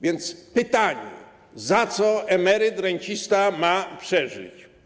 Więc pytanie: za co emeryt, rencista mają przeżyć?